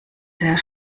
sehr